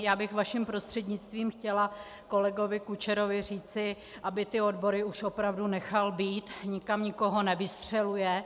Já bych vaším prostřednictvím chtěla kolegovi Kučerovi říci, aby ty odbory už opravdu nechal být, nikam nikoho nevystřeluje.